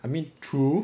I mean true